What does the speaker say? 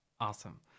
Awesome